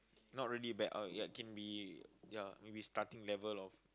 not really back out ya can be ya maybe starting level of